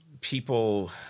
people